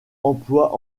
emploie